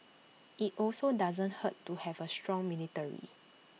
IT also doesn't hurt to have A strong military